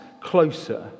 closer